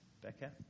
Becca